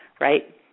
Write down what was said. right